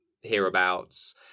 hereabouts